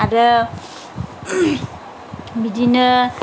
आरो बिदिनो